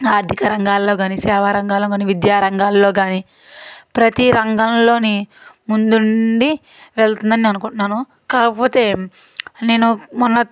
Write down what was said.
ఆర్థిక రంగాల్లో కానీ సేవా రంగంలో కానీ విద్యా రంగాల్లో కానీ ప్రతీ రంగంలోని ముందుండి వెళుతుందని నేను అనుకుంటున్నాను కాకపోతే నేను మొన్న